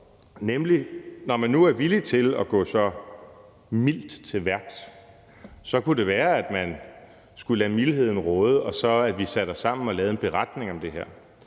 Når man nu er villig til at gå så mildt til værks, kunne det være, at man skulle lade mildheden råde, så vi satte os sammen og lavede en beretning om det her.